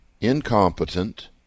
incompetent